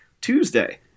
Tuesday